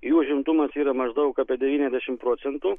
jų užimtumas yra maždaug apie devyniasdešimt procentų